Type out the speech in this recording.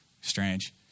strange